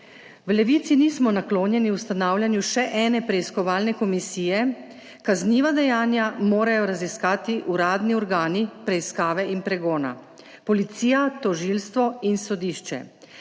V Levici nismo naklonjeni ustanavljanju še ene preiskovalne komisije. Kazniva dejanja morajo raziskati uradni organi preiskave in pregona – policija, tožilstvo in sodišče.